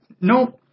No